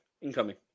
incoming